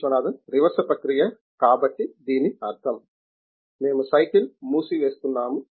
Viswanathan reverse ప్రక్రియా కాబట్టి దీని అర్థం మేము సైకిల్ మూసివేస్తున్నాము